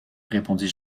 répondit